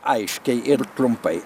aiškiai ir trumpai